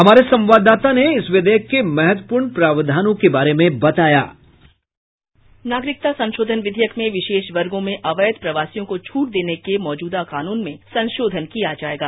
हमारे संवाददाता ने इस विधेयक के महत्वपूर्ण प्रावधानों के बारे में बताया साउंड बाईट नागरिकता संशोधन विधेयक में विशेष वर्गों में अवैध प्रवासियों को छट देने के मौजुदा कानुन में संशोधन किया जाएगा